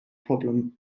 problem